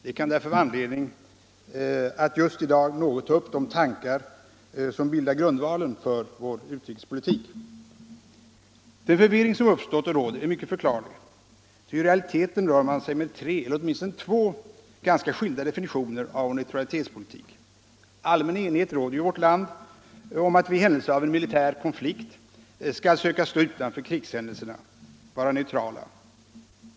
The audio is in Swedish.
Det kan därför vara anledning att just i dag något ta upp de tankar som bildar grundvalen för vår utrikespolitik. Den förvirring som har uppstått och som råder är mycket förklarlig. Ty i realiteten rör man sig med tre eller åtminstone två ganska skilda definitioner på vår neutralitetspolitik. Allmän enighet råder ju i vårt land om att vi i händelse av en militär konflikt skall söka stå utanför krigshändelserna, vara neutrala.